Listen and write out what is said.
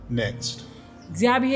next